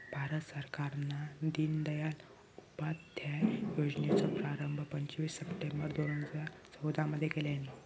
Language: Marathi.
भारत सरकारान दिनदयाल उपाध्याय योजनेचो प्रारंभ पंचवीस सप्टेंबर दोन हजार चौदा मध्ये केल्यानी